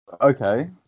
Okay